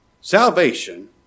Salvation